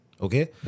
Okay